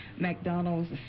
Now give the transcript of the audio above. McDonald's